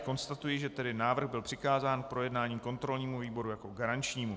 Konstatuji, že návrh byl přikázán k projednání kontrolnímu výboru jako garančnímu.